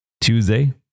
Tuesday